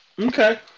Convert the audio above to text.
Okay